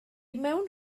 mewn